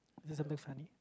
is there something funny